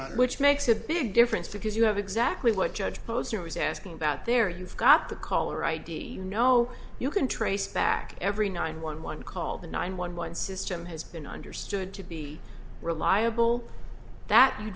out which makes a big difference because you have exactly what judge posner was asking about there you've got the caller id you know you can trace back every nine one one call the nine one one system has been understood to be reliable that you